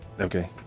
Okay